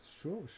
Sure